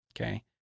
Okay